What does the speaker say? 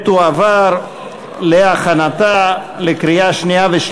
ההצעה להעביר את הצעת חוק שירות ביטחון (תיקון